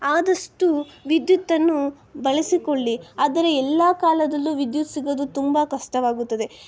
ಆದಷ್ಟು ವಿದ್ಯುತ್ತನ್ನು ಬಳಸಿಕೊಳ್ಳಿ ಆದರೆ ಎಲ್ಲ ಕಾಲದಲ್ಲೂ ವಿದ್ಯುತ್ ಸಿಗೋದು ತುಂಬ ಕಷ್ಟವಾಗುತ್ತದೆ